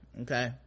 Okay